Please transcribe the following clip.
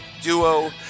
duo